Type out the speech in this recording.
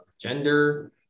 gender